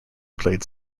played